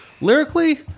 Lyrically